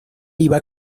iba